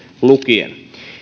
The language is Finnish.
lukien